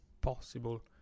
possible